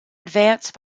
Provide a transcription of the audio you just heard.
advanced